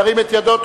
ירים את ידו.